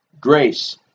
grace